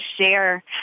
share